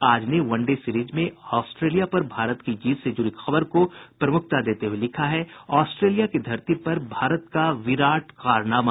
आज ने one day series में आस्ट्रेलिया पर भारत की जीत से जुड़ी खबर को प्रमुखता देते हुये लिखा है आस्ट्रेलिया की धरती पर भारत का विराट कारनामा